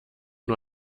nur